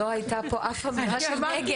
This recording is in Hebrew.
לא הייתה פה אף אמירה שאנחנו נגד,